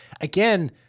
Again